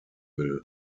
will